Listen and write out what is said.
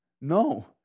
No